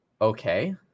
Okay